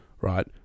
right